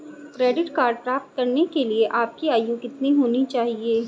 Credit card प्राप्त करने के लिए आपकी आयु कितनी होनी चाहिए?